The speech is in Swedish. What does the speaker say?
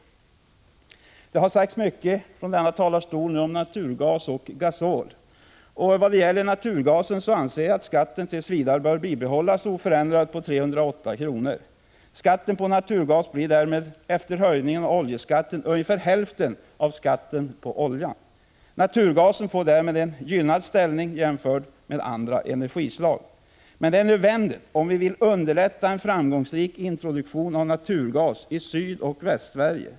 Det har sagts mycket från denna talarstol om naturgas och gasol. Vad gäller naturgasen anser jag att skatten tills vidare bör bibehållas oförändrad vid 308 kr. Skatten på naturgas blir därmed, efter höjningen av oljeskatten, ungefär hälften av skatten på olja. Naturgasen får härigenom en gynnad ställning jämfört med andra energislag, men det är nödvändigt om vi vill underlätta en framgångsrik introduktion av naturgas i Sydoch Västsverige.